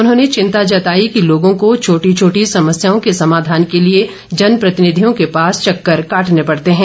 उन्होंने चिंता जताई कि लोगों को छोटी छोटी समस्याओं के समाधान के लिए जनप्रतिनिधियों के पास चक्कर काटने पड़ते हैं